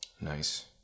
nice